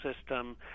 system